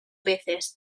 veces